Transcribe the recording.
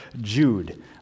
Jude